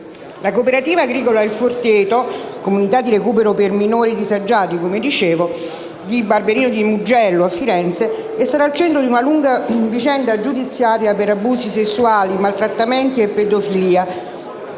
La cooperativa agricola Il Forteto, comunità di recupero per minori disagiati, sita nel Comune di Barberino di Mugello, in provincia di Firenze, è stata al centro di una lunga vicenda giudiziaria per abusi sessuali, maltrattamenti e pedofilia,